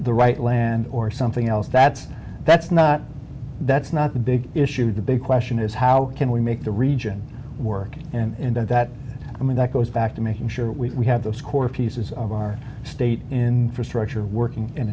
the right land or something else that's that's not that's not the big issue the big question is how can we make the region work and by that i mean that goes back to making sure we have those core pieces of our state in structure working in